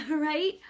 right